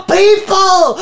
people